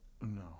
No